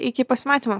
iki pasimatymo